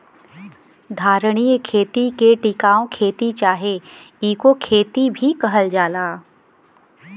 धारणीय खेती के टिकाऊ खेती चाहे इको खेती भी कहल जाला